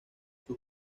sus